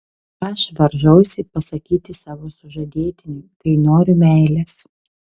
aš varžausi pasakyti savo sužadėtiniui kai noriu meilės